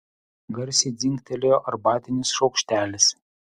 garsiai dzingtelėjo arbatinis šaukštelis